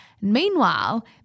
Meanwhile